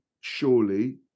surely